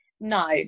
No